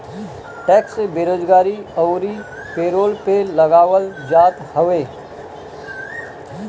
tax बेरोजगारी अउरी payroll पे लगावल जात हवे